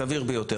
זה סביר ביותר.